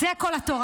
זו כל התורה.